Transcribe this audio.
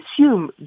assume